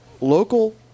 local